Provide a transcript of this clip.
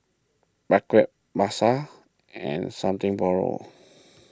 Mackays Pasar and Something Borrowed